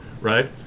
right